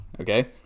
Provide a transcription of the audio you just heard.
Okay